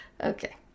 Okay